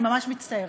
אני ממש מצטערת.